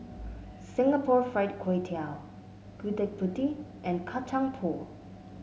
Singapore Fried Kway Tiao Gudeg Putih and Kacang Pool